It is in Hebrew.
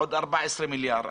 עוד 14 מיליארד.